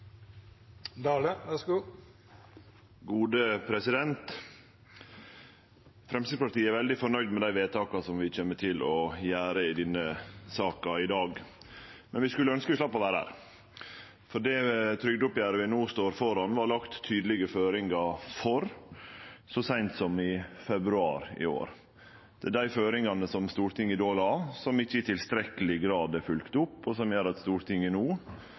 å gjere i denne saka i dag, men vi skulle ønskje at vi slapp å vere her, for det trygdeoppgjeret vi no står framfor, vart det lagt tydelege føringar for så seint som i februar i år. Det er dei føringane som Stortinget då la, som ikkje i tilstrekkeleg grad er følgde opp, og som gjer at Stortinget no